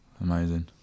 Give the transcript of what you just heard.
amazing